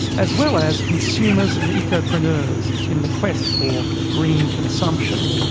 as well as consumers and ecopreneurs in the quest for green consumption.